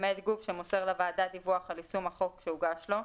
למעט גוף שמוסר לוועדה דיווח על יישום החוק שהוגש לו,